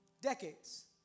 Decades